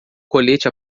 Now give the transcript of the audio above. colete